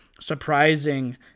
surprising